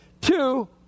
Two